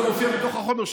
זה מופיע בתוך החומר,